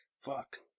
Fuck